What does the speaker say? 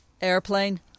Airplane